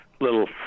little